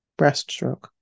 Breaststroke